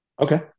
Okay